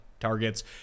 targets